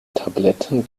tabletten